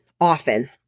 often